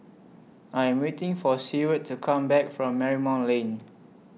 I Am waiting For Seward to Come Back from Marymount Lane